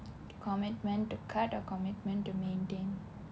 commitment to cut or commitment to maintain